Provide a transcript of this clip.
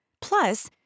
Plus